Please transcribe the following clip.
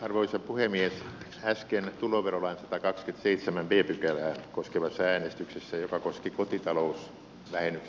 arvoisa puhemies äsken tuloverolain ja kaikki seitsemän viipyi kelmeää koskevassa äänestyksessä joka koski kotitalous sai